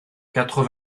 quatre